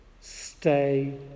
stay